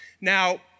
Now